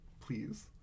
Please